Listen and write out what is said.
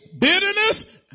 bitterness